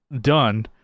done